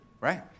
right